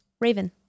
Raven